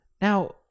Now